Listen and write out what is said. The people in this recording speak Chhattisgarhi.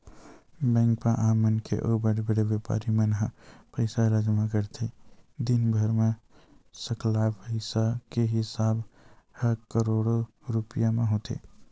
बेंक म आम मनखे अउ बड़े बड़े बेपारी मन ह पइसा ल जमा करथे, दिनभर म सकलाय पइसा के हिसाब ह करोड़ो रूपिया म होथे